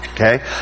Okay